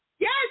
Yes